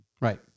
Right